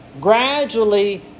Gradually